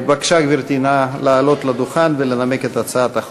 בבקשה, גברתי, נא לעלות לדוכן ולנמק את הצעת החוק.